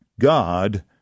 God